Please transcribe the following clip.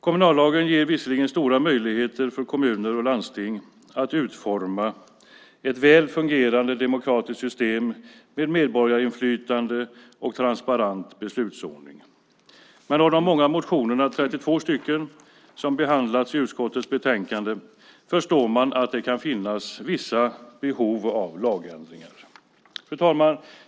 Kommunallagen ger visserligen stora möjligheter för kommuner och landsting att utforma ett väl fungerande demokratiskt system med medborgarinflytande och transparent beslutsordning, men av de många motionerna - 32 till antalet - som behandlas i betänkandet förstår man att det kan finnas vissa behov av lagändringar. Fru talman!